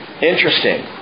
Interesting